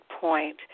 point